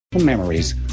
memories